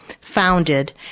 founded